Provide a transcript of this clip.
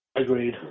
Agreed